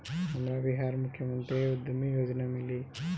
हमरा बिहार मुख्यमंत्री उद्यमी योजना मिली?